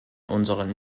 unseren